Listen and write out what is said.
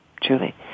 Julie